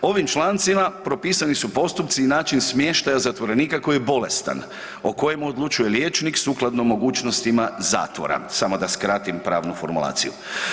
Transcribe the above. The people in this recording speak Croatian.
Ovim člancima propisani su postupci i način smještaja zatvorenika koji je bolestan, o kojem odlučuje liječnik sukladno mogućnostima zatvora, samo da skratim pravnu formulaciju.